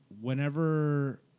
Whenever